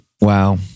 Wow